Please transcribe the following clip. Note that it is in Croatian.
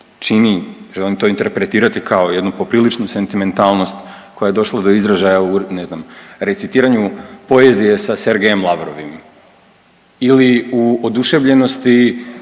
čini, želim to interpretirati kao jednu popriličnu sentimentalnost koja je došla do izražaja u ne znam recitiranju poezije sa Sergejem Lavrovim ili u oduševljenosti